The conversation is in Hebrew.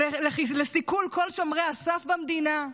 לסיכול כל שומרי הסף במדינה.